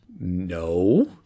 no